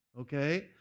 okay